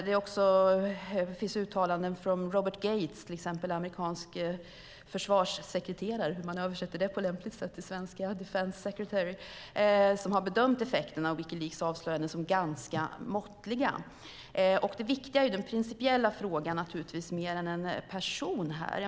Dessutom har till exempel Robert Gates, den tidigare amerikanske försvarsministern, bedömt effekterna av Wikileaks avslöjanden som ganska måttliga. Det viktiga i den principiella frågan handlar naturligtvis om mer än en person.